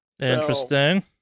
Interesting